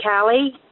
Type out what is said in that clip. Callie